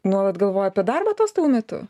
nuolat galvoja apie darbą atostogų metu